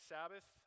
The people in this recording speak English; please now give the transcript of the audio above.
Sabbath